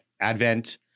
Advent